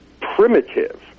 primitive